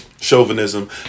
chauvinism